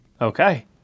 Okay